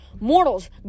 Mortals